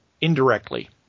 indirectly